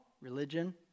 Religion